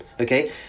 okay